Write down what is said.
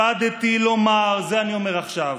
הקפדתי לומר, את זה אני אומר עכשיו,